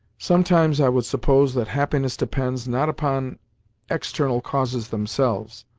sometimes i would suppose that happiness depends, not upon external causes themselves,